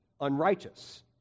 unrighteous